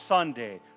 Sunday